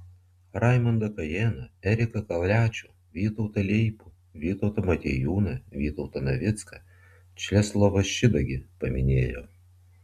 raimondą kajėną eriką kaliačių vytautą leipų vytautą motiejūną vytautą navicką česlovą šidagį paminėjo